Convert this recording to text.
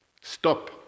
stop